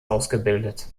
ausgebildet